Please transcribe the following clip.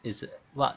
is what